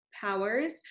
powers